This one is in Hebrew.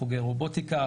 חוגי רובוטיקה,